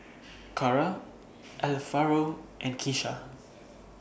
Cary Alvaro and Kisha